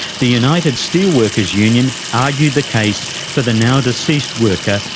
the united steel workers union argued the case for the now deceased worker,